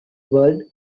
world